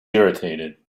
irritated